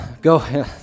go